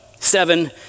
Seven